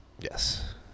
Yes